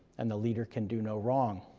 and the leader can do no wrong.